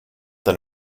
than